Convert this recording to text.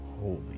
Holy